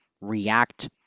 react